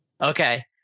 Okay